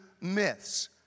myths